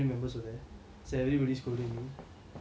but now to think about it I find it very funny lah